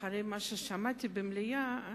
אחרי מה ששמעתי במליאה,